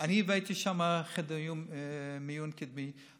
אני הבאתי לשם חדר מיון קדמי,